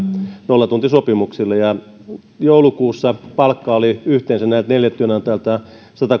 nollatuntisopimuksilla joulukuussa palkka oli yhteensä näiltä neljältä työnantajalta